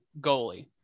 goalie